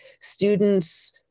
students